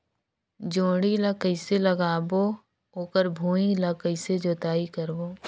जोणी ला कइसे लगाबो ओकर भुईं ला कइसे जोताई करबो?